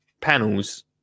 panels